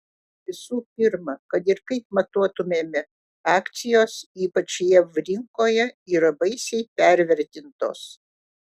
visų pirma kad ir kaip matuotumėme akcijos ypač jav rinkoje yra baisiai pervertintos